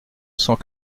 cent